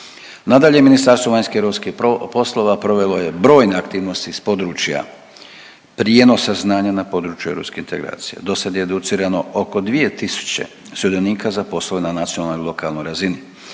Nadalje, Ministarstvo vanjskih i europskih poslova provelo je brojne aktivnosti iz područja prijenosa znanja na području europske integracije, dosad je educirano oko 2 tisuće sudionika za poslove na nacionalnoj i lokalnoj razini,